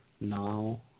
now